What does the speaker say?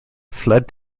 fled